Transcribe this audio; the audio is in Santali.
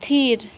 ᱛᱷᱤᱨ